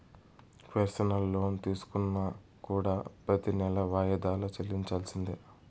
personal loan తీసుకున్నా కూడా ప్రెతి నెలా వాయిదాలు చెల్లించాల్సిందే